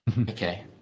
Okay